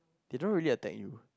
they don't really attack you